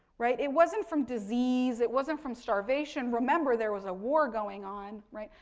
right, it wasn't from disease, it wasn't from starvation? remember, there was a war going on, right.